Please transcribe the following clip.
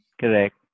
Correct